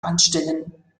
anstellen